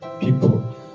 people